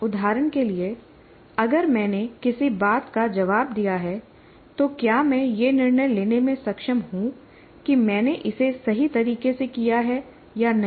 उदाहरण के लिए अगर मैंने किसी बात का जवाब दिया है तो क्या मैं यह निर्णय लेने में सक्षम हूं कि मैंने इसे सही तरीके से किया है या नहीं